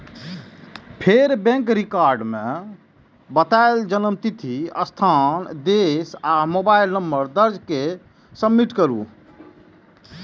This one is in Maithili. फेर बैंक रिकॉर्ड मे बतायल जन्मतिथि, स्थान, देश आ मोबाइल नंबर दर्ज कैर के सबमिट करू